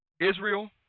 Israel